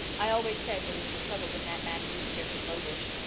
i always said there would be trouble when that man moved here from lowbridge.